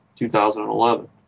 2011